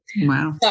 Wow